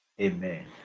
Amen